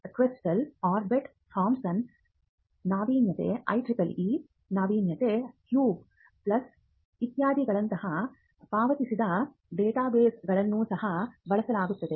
ಕ್ಯೂಸ್ಟೆಲ್ orbit Thomson ನಾವೀನ್ಯತೆ IEEE ನಾವೀನ್ಯತೆ Q plus ಇತ್ಯಾದಿಗಳಂತಹ ಪಾವತಿಸಿದ ಡೇಟಾಬೇಸ್ಗಳನ್ನು ಸಹ ಬಳಸಲಾಗುತ್ತದೆ